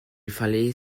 fallait